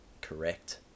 Correct